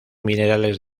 minerales